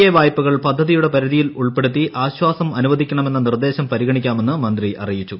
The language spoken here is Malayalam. എ വായ്പകൾ പദ്ധതിയുടെ പരിധിയിൽ ഉൾപ്പെടുത്തി ആശ്വാസം അനുവദിക്കണമെന്ന നിർദ്ദേശം പരിഗണിക്കാമെന്ന് മന്ത്രി അറിയിച്ചു